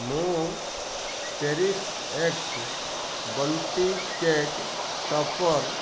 ମୁଁ ଚେରିସ୍ଏକ୍ସ୍ ବଣ୍ଟି କେକ୍ ଟପର୍